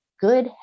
good